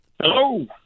Hello